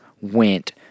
went